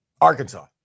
Arkansas